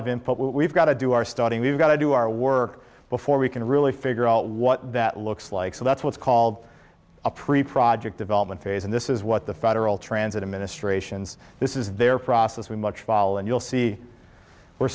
but we've got to do our studying we've got to do our work before we can really figure out what that looks like so that's what's called a pre project development phase and this is what the federal transit administration's this is their process we much follow and you'll see we're